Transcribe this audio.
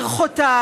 ברכותיי,